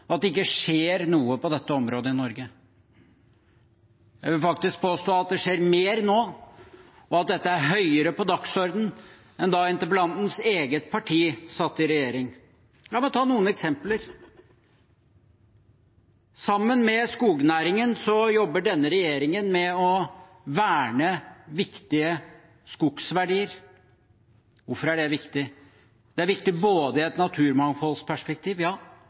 at det ikke skjer noe på dette området i Norge. Jeg vil påstå at det skjer mer nå, og er høyere på dagsordenen nå enn da interpellantens eget parti satt i regjering. La meg ta noen eksempler. Sammen med skognæringen jobber denne regjeringen med å verne viktige skogsverdier. Hvorfor er det viktig? Det er viktig både i et naturmangfoldperspektiv